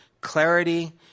clarity